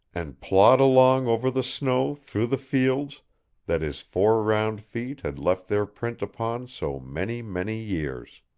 and plod along over the snow through the fields that his four round feet had left their print upon so many, many years.